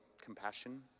compassion